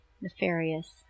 nefarious